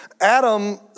Adam